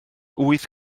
wyth